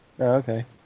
Okay